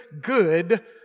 good